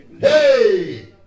Hey